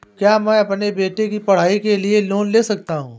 क्या मैं अपने बेटे की पढ़ाई के लिए लोंन ले सकता हूं?